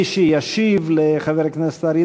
שמספרה 3018. מי שישיב לחבר הכנסת אריה